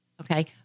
Okay